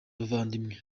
abavandimwe